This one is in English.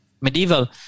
medieval